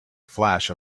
flash